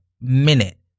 minute